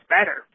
better